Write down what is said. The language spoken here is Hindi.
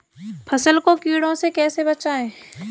फसल को कीड़ों से कैसे बचाएँ?